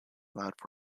allowed